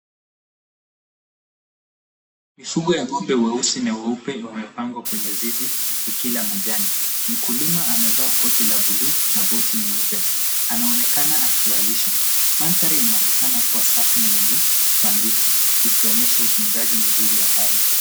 Mifugo ya mboga wausi na waupe wamepangwa kwenye zizi ikila majani. Mkulima amevaa koti la buluu na buti nyeupe. Anaonekana akiwalisha. Mandhari inaonekana kuwa safi na yenye kupangika. Ikionyesha utunzaji mzuri wa ng'ombe.